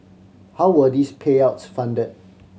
how were these payouts funded